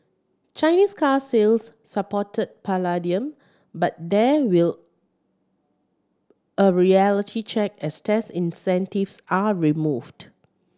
Chinese car sales supported palladium but there will a reality check as tax incentives are removed